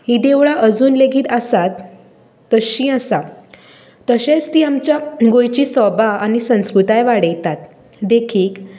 हीं देवळां अजून लेगीत आसात तश्शीं आसात तशेंच तीं आमच्या गोंयची सोबा आनी संस्कृताय वाडयतात देखीक